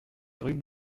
rhume